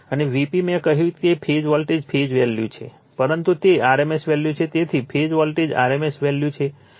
અને Vp મેં કહ્યું છે કે તે ફેઝ વોલ્ટેજ ફેઝ વેલ્યુ છે પરંતુ તે rms વેલ્યુ છે તેથી ફેઝ વોલ્ટેજ rms વેલ્યુ છે